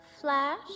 Flash